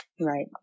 Right